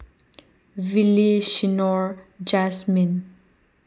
ꯚꯤꯂꯤ ꯁꯤꯅꯣꯔ ꯖꯥꯁꯃꯤꯟ